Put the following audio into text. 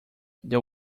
there